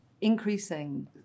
increasing